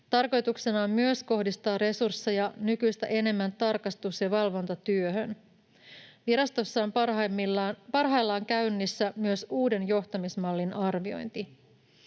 Tarkoituksena on myös kohdistaa resursseja nykyistä enemmän tarkastus‑ ja valvontatyöhön. Virastossa on parhaillaan käynnissä myös uuden johtamismallin arviointi.